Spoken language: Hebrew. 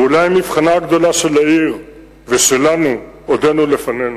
ואולי המבחן הגדולה של העיר ושלנו עודנו לפנינו,